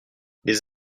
des